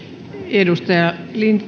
edustaja